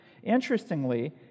Interestingly